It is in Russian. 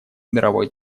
мировой